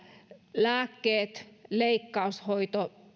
lääkkeet leikkaushoito